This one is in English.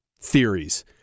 theories